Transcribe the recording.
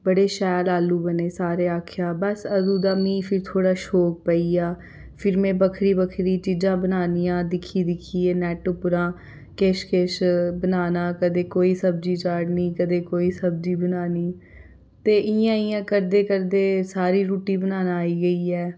बड़े शैल आलू बने सारें आखेआ बस उदूं दा मिगी फिर थ्होड़ा शौंक पेई गेआ फिर में बक्खरी बक्खरी चीज़ां बनानियां दिक्खी दिक्खियै नेट उप्पर किश किश बनाना कदें कोई सब्ज़ी चाढ़नी कदें कोई सब्ज़ी बनानी ते इयां इयां करदे करदे सारी रुट्टी बनाना आई गेई ऐ